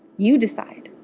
you decide.